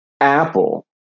apple